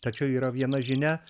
tačiau yra viena žinia